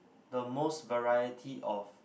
the most variety of